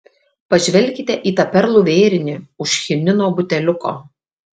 pažvelkite į tą perlų vėrinį už chinino buteliuko